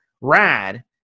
Rad